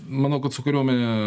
manau kad su kariuomene